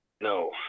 No